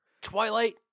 Twilight